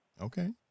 Okay